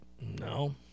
No